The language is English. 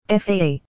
FAA